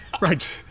Right